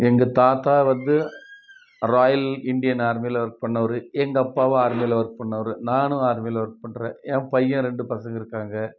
எங்கள் தாத்தா வந்து ராயல் இண்டியன் ஆர்மியில் ஒர்க் பண்ணவரு எங்கள் அப்பாவும் ஆர்மியில் ஒர்க் பண்ணவரு நானும் ஆர்மியில் ஒர்க் பண்ணுறேன் என் பையன் ரெண்டு பசங்க இருக்காங்க